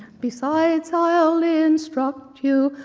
besides i'll instruct you,